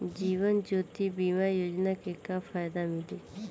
जीवन ज्योति बीमा योजना के का फायदा मिली?